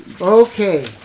Okay